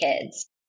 kids